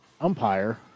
umpire